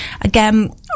again